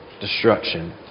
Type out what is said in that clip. destruction